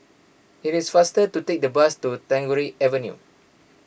it is faster to take the bus to Tagore Avenue